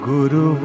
Guru